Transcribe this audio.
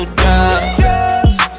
drugs